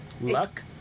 Luck